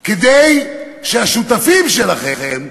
כדי שהשותפים שלכם,